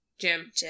jim